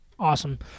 Awesome